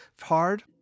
hard